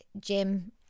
Jim